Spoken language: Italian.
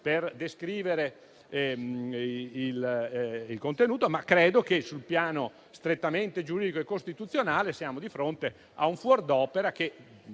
per descriverne il contenuto, ma credo che sul piano strettamente giuridico e costituzionale siamo di fronte a un fuor d'opera che